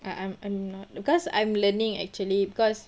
I I'm I'm not because I'm learning actually because